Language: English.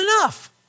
enough